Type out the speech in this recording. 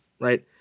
Right